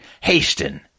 Hasten